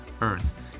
Earth